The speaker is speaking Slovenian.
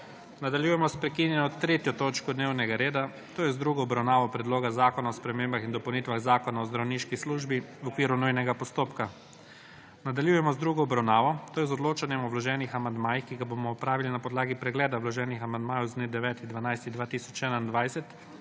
Nadaljujemo s prekinjeno3. točko dnevnega reda, to je z drugo obravnavo predloga Zakona o spremembah in dopolnitvah Zakona o zdravniški službi, v okviru nujnega postopka. Nadaljujemo z drugo obravnavo, tj. z odločanjem o vloženih amandmajih, ki ga bomo opravili na podlagi pregleda vloženih amandmajev z dne 9. 12. 2021,